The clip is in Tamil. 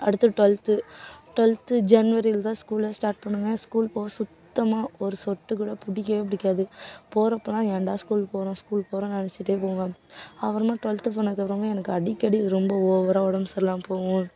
அடுத்து டுவெல்த்து டுவெல்த்து ஜனவரில தான் ஸ்கூலே ஸ்டார்ட் பண்ணாங்க ஸ்கூல் போக சுத்தமாக ஒரு சொட்டு கூட பிடிக்கவே பிடிக்காது போறப்போலாம் ஏன்டா ஸ்கூல் போகிறோம் ஸ்கூல் போகிறோன்னு நெனைச்சிட்டே போவேன் அப்புறமா டுவெல்த்து போனதுக்கப்புறமே எனக்கு அடிக்கடி ரொம்ப ஓவராக உடம்பு சரியில்லாமல் போகும்